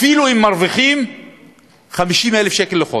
אפילו אם מרוויחים 50,000 שקל לחודש,